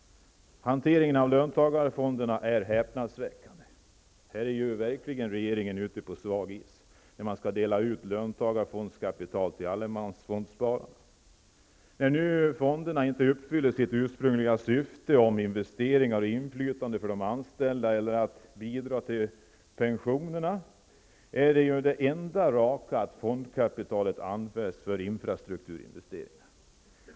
Hanteringen av löntagarfonderna är häpnadsväckande. Regeringen är ju verkligen ute på svag is när man skall dela ut löntagarfondskapital till allemansfondsspararna. Eftersom fonderna inte längre uppfyller sitt ursprungliga syfte -- investeringar och inflytande för de anställda eller bidra till pensionerna -- är det enda raka att använda fondkapitalet till infrastrukturinvesteringar.